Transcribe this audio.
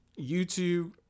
YouTube